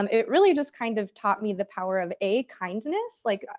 um it really just kind of taught me the power of, a, kindness. like,